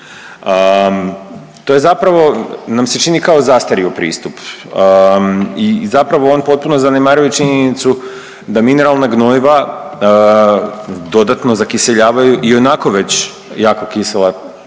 To je zapravo nam se čini kao zastario pristup i zapravo on potpuno zanemaruje činjenicu da mineralna gnojiva dodatno zakiseljavaju i onako već jako kisela